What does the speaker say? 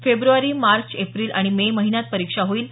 February मार्च एप्रील आणि मे महिन्यात परीक्षा होईल